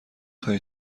خواهی